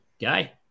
Guy